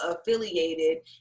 affiliated